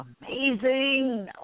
Amazing